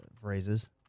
phrases